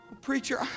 Preacher